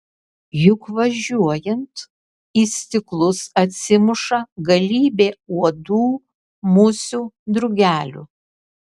juk važiuojant į stiklus atsimuša galybė uodų musių drugelių